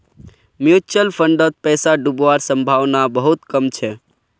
mutual फंडत पैसा डूबवार संभावना बहुत कम छ